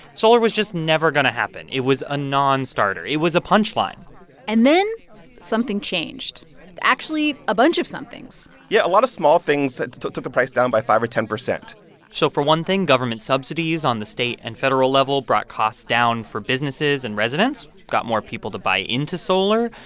solar was just never going to happen. it was a nonstarter. it was a punchline and then something changed actually, a bunch of somethings yeah. a lot of small things and took took the price down by five or ten point so for one thing, government subsidies on the state and federal level brought costs down for businesses and residents, got more people to buy into solar,